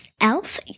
elf